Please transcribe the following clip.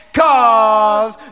cause